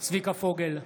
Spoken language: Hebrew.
צביקה פוגל,